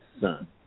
son